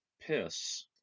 piss